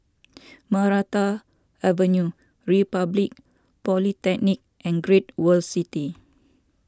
Maranta Avenue Republic Polytechnic and Great World City